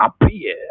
appear